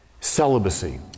celibacy